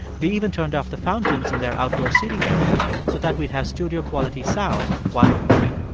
they even turned off the fountains in their outdoor seating area so that we'd have studio-quality sound while recording.